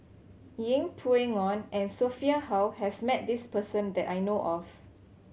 Yeng Pway Ngon and Sophia Hull has met this person that I know of